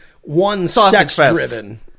one-sex-driven